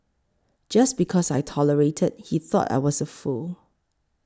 just because I tolerated he thought I was a fool